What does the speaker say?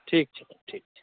ठीक छै ठीक छै